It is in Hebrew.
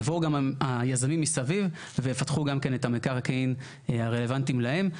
יבואו גם היזמים מסביב ויפתחו גם כן את המקרקעין הרלוונטיים להם.